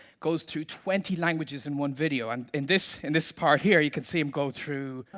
goes through twenty languages in one video, and in this in this part here you can see him go through